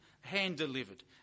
hand-delivered